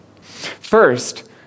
First